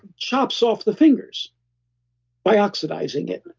chops off the fingers by oxidizing it.